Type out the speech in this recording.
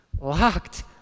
locked